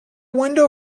window